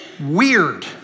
Weird